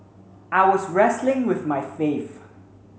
I was wrestling with my faith